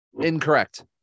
Incorrect